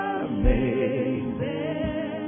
amazing